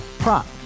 Prop